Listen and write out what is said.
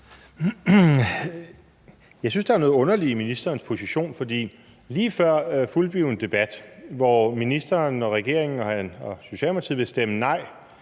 Jeg synes, der er noget underligt i ministerens position. For lige før fulgte vi jo en debat, hvor ministeren og regeringen og Socialdemokratiet vil stemme nej